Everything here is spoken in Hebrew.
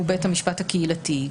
הוא בית המשפט הקהילתי.